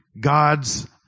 God's